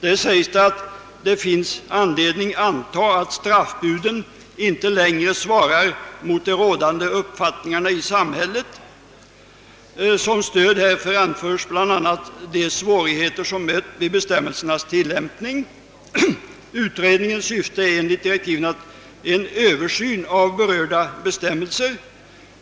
Det heter där att det finns anledning anta att straffbuden inte längre svarar mot de rådande uppfattningarna i samhället. Som stöd härför nämns bl.a. de svårigheter som mött vid bestämmelsernas tillämpning. Utredningens syfte är enligt direktiven en översyn av berörda bestämmelser.